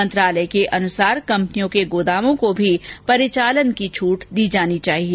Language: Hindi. मंत्रालय के अनुसार कंपनियों के गोदामों को भी परिचालन की छूट दी जानी चाहिए